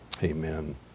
Amen